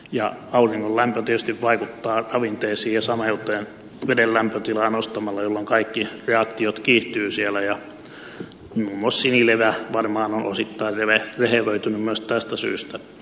auringon lämpö tietysti vaikuttaa ravinteisiin ja sameuteen veden lämpötilaa nostamalla jolloin kaikki reaktiot kiihtyvät siellä ja muun muassa sinilevä varmaan on osittain rehevöitynyt myös tästä syystä